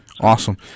Awesome